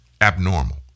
abnormal